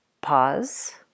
pause